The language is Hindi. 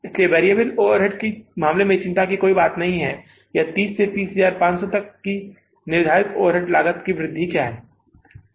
इसलिए वेरिएबल ओवरहेड के मामले में चिंता की कोई बात नहीं है कि 30 से 30500 तक की निर्धारित ओवरहेड लागत वृद्धि क्या है